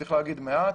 צריך לומר מעט,